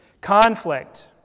Conflict